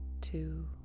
two